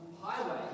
highway